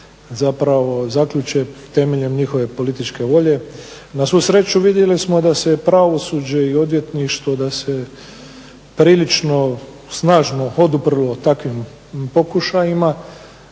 zapravo zaključe temeljem njihove političke volje. Na svu sreću vidjeli smo da se pravosuđe i odvjetništvo da se prilično snažno oduprlo takvim pokušajima,